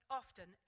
often